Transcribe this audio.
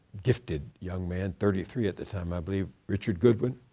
gifted young man thirty three at the time, i believe richard goodwin.